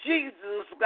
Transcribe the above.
Jesus